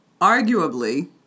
arguably